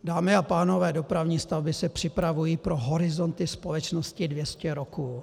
Dámy a pánové, dopravní stavby se připravují pro horizonty společnosti dvě stě roků.